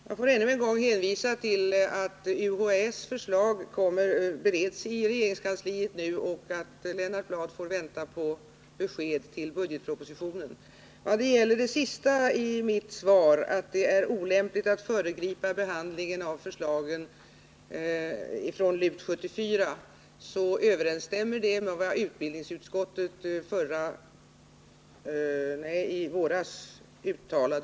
Herr talman! Jag får ännu en gång hänvisa till att UHÄ:s förslag nu bereds i regeringskansliet och framhålla att Lennart Bladh får vänta på besked tills budgetpropositionen framläggs. I fråga om det sista som sägs i mitt svar — att det är olämpligt att föregripa behandlingen av förslagen från LUT 74 — överensstämmer det med vad utbildningsutskottet i våras uttalade.